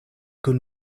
kun